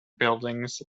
buildings